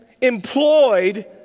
employed